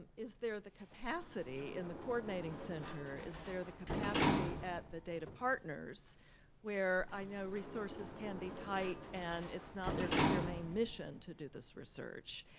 is there the capacity in the coordinating center, is there the capacity at the data partners where i know resources can be tight and it's not their main mission to do this research